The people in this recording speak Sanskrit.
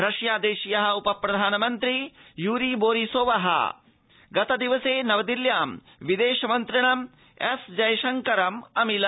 रशिया देशीयः उप प्रधानमन्त्री यूरी बोरिसोवः गतदिवसे नवदिल्ल्यां विदेश मन्त्रिणम् एस् जयशंकरम् अमिलत्